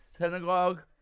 synagogue